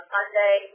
Sunday